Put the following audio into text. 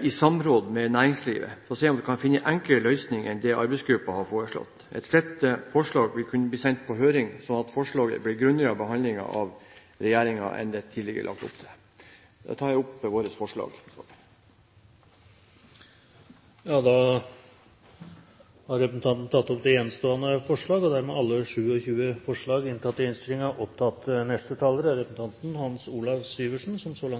i samråd med næringslivet, burde se på ulike modeller – og ikke bare avvise det – for å se om vi kan finne en enklere løsning enn det arbeidsgruppen har foreslått. Et slikt forslag vil kunne bli sendt på høring, slik at forslaget blir grundigere behandlet av regjeringen enn det er lagt opp til. Jeg tar opp våre forslag. Representanten Kenneth Svendsen har tatt opp de forslagene han refererte til. Dermed er alle 27 forslag, som